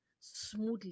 smoothly